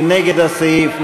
מי נגד הסעיף?